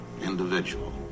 individual